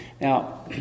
Now